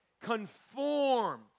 conform